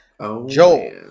Joel